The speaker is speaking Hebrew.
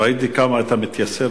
ראיתי כמה אתה מתייסר,